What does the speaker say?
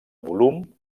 volum